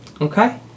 Okay